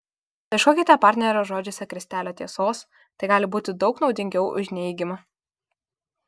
paieškokite partnerio žodžiuose krislelio tiesos tai gali būti daug naudingiau už neigimą